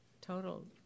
total